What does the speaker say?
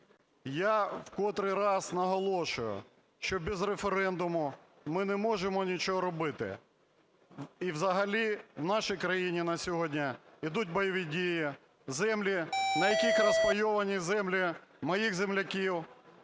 Я в котрий раз наголошую, що без референдуму ми не можемо нічого робити, і взагалі в нашій країні на сьогодні йдуть бойові дії. Землі, на яких… розпайовані землі моїх земляків,